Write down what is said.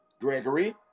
gregory